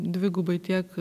dvigubai tiek